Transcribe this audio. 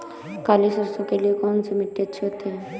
काली सरसो के लिए कौन सी मिट्टी अच्छी होती है?